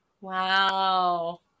Wow